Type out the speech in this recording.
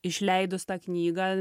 išleidus tą knygą